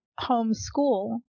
homeschool